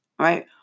Right